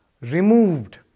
removed